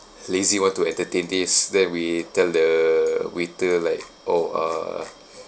lazy want to entertain this then we tell the waiter like oh uh